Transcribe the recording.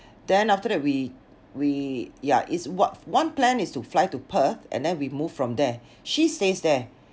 then after that we we yeah it's one one plan is to fly to Perth and then we move from there she stays there